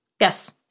Yes